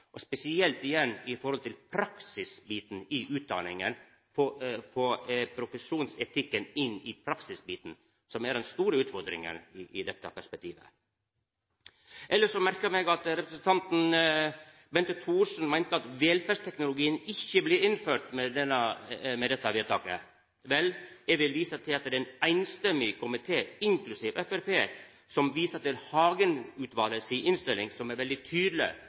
praksisbiten i utdanninga. Å få profesjonsetikken inn i praksisbiten er den store utfordringa i dette perspektivet. Elles merka eg meg at representanten Bente Thorsen meinte at velferdsteknologien ikkje blir innført med dette vedtaket. Eg vil visa til at det er ein samrøystes komité, inklusiv Framstegspartiet, som viser til Hagen-utvalet si innstilling, som er veldig tydeleg